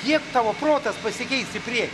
kiek tavo protas pasikeis į priekį